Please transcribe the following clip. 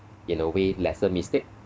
in a way lesser mistake